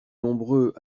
nombreux